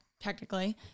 Technically